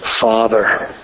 Father